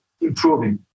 improving